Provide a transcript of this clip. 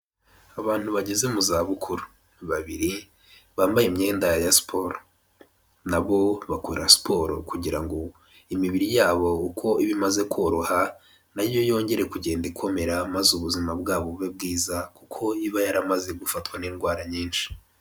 Abantu bageze mu zabukuru babiri bambaye imyenda ya siporo, nabo bakora siporo kugira ngo imibiri yabo uko iba imaze koroha, nayo yongere kugenda ikomera maze ubuzima bwabo bube bwiza kuko iba yaramaze gufatwa n'indwara nyinshi.